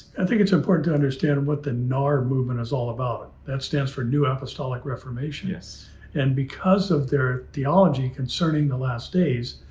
and think it's important to understand what the nar movement is all about. that stands for new apostolic reformation, and because of their theology concerning the last days,